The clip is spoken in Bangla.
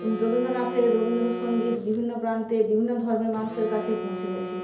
রবীন্দ্রনাথের রবীন্দ্রসঙ্গীত বিভিন্ন প্রান্তে বিভিন্ন ধর্মের মানুষের কাছে পৌঁছে গেছে